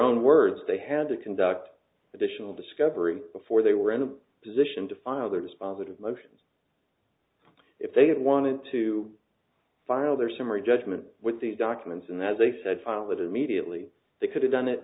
own words they had to conduct additional discovery before they were in a position to file their responsive motions if they had wanted to file their summary judgment with these documents and as they said file it immediately they could have done it